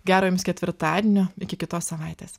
gero jums ketvirtadienio iki kitos savaitės